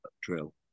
drill